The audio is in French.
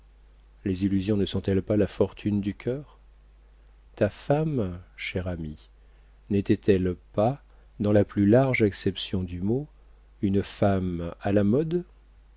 les illusions ne sont-elles pas la fortune du cœur ta femme cher ami n'était-elle pas dans la plus large acception du mot une femme à la mode